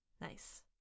Nice